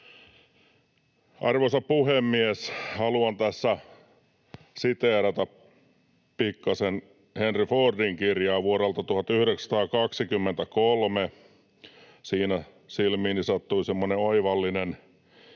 Arvoisa puhemies! Haluan tässä siteerata pikkasen Henry Fordin kirjaa vuodelta 1923. Siinä silmiini sattui semmoinen oivallinen